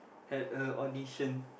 had a audition